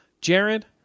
Jared